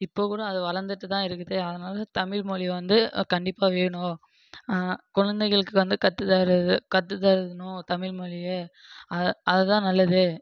இப்போது கூட அது வளர்ந்துட்டுதான் இருக்குது அதனால் தமிழ்மொழி வந்து கண்டிப்பாக வேணும் குழந்தைகளுக்கு வந்து கற்று தரது கற்று தரணும் தமிழ்மொழியை அது அதுதான் நல்லது